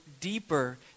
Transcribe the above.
deeper